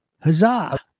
Huzzah